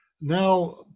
now